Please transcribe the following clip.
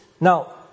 Now